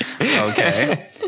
okay